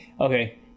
Okay